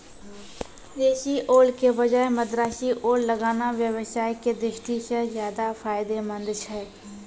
देशी ओल के बजाय मद्रासी ओल लगाना व्यवसाय के दृष्टि सॅ ज्चादा फायदेमंद छै